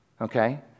okay